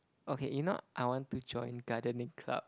okay you know I want to join gardening club